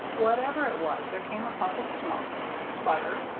whatever it was, there came a puff of smoke, a sputter,